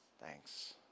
Thanks